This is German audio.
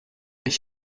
ich